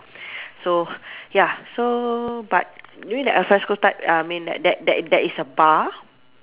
so ya so but you mean that al fresco type I mean that that that that is a bar